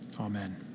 Amen